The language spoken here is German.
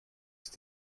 ist